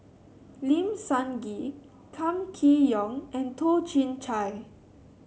Lim Sun Gee Kam Kee Yong and Toh Chin Chye